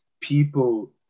people